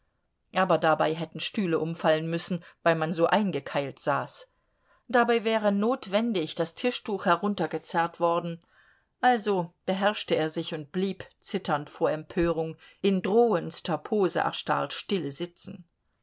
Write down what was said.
aber dabei hätten stühle umfallen müssen weil man so eingekeilt saß dabei wäre notwendig das tischtuch heruntergezerrt worden also beherrschte er sich und blieb zitternd vor empörung in drohendster pose erstarrt still sitzen